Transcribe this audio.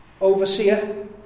overseer